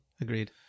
Agreed